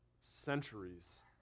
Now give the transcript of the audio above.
centuries